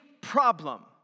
problem